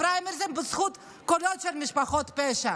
פריימריז בזכות קולות של משפחות פשע,